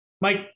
Mike